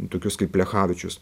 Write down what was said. tokius kaip plechavičius